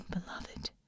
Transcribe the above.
beloved